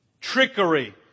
trickery